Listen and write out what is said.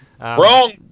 Wrong